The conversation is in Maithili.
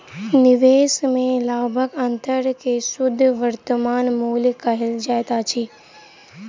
निवेश में लाभक अंतर के शुद्ध वर्तमान मूल्य कहल जाइत अछि